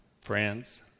Friends